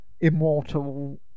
immortal